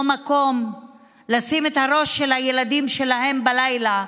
מקום לשים את הראש של הילדים שלהן בלילה,